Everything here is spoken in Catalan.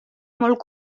molt